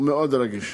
הוא מאוד רגיש,